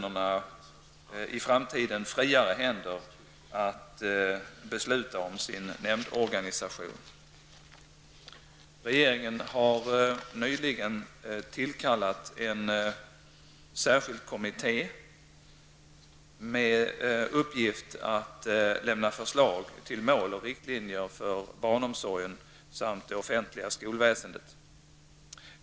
Regeringen har nyligen tillkallat en särskild kommitté med uppgift att lämna förslag till mål och riktlinjer för barnomsorgen samt det offentliga skolväsendet.